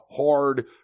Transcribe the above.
hard